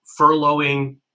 Furloughing